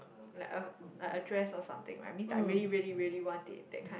like a like a dress or something I means I really really really want it that kind